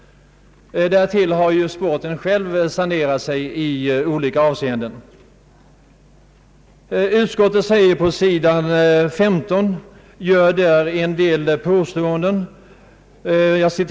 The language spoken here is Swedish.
Därtill kommer att sporten själv har sanerat sig i olika avseenden. På sidan 135 i utlåtandet gör utskottet en del påståenden.